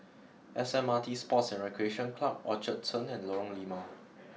S M R T Sports and Recreation Club Orchard Turn and Lorong Limau